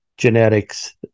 genetics